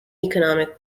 economic